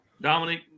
Dominic